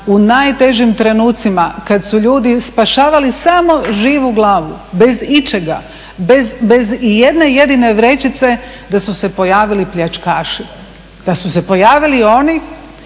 u najtežim trenucima kada su ljudi spašavali samo živu glavu bez ičega, bez ijedne jedine vrećice da su se pojavili pljačkaši, da su se pojavili oni